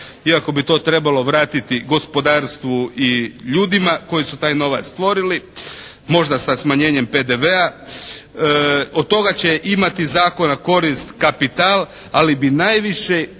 Iako bi to trebalo vratiti gospodarstvu i ljudima koji su taj novac stvorili, možda sa smanjenjem PDV-a. Od toga će imati zakona korist kapital. Ali bi najviše